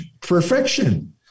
perfection